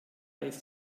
ist